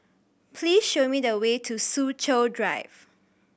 please show me the way to Soo Chow Drive